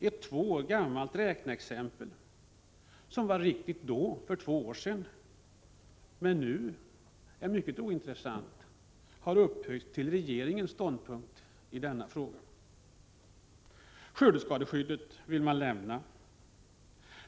Ett två år gammalt räkneexempel, som var riktigt när det uppställdes men som nu är mycket ointressant, har upphöjts till regeringens ståndpunkt i denna fråga. Skördeskadeskyddet vill man lämna.